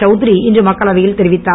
சவ்திரி இன்று மக்களவையில் தெரிவித்தார்